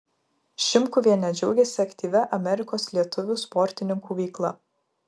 šimkuvienė džiaugiasi aktyvia amerikos lietuvių sportininkų veikla